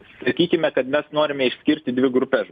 sakykime kad mes norime išskirti dvi grupes